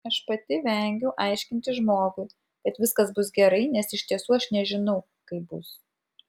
aš pati vengiu aiškinti žmogui kad viskas bus gerai nes iš tiesų aš nežinau kaip bus